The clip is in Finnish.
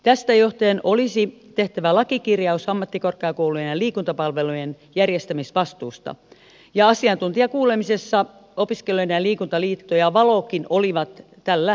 tästä johtuen olisi tehtävä lakikirjaus ammattikorkeakoulujen liikuntapalveluiden järjestämisvastuusta ja asiantuntijakuulemisessa opiskelijoiden liikuntaliitto ja valokin olivat tällä linjalla